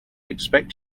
expect